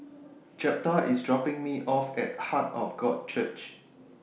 Jeptha IS dropping Me off At Heart of God Church